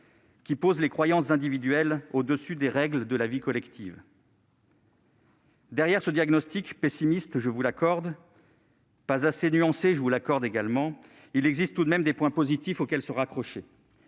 qui pose les croyances individuelles au-dessus des règles de la vie collective. Derrière ce diagnostic, pessimiste- je vous l'accorde, mes chers collègues -et pas assez nuancé- je vous l'accorde également -, il existe tout de même des points positifs auxquels se raccrocher,